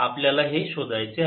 आपल्याला हे शोधायचे आहे